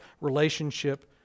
relationship